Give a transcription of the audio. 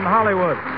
Hollywood